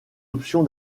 option